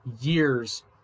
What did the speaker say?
years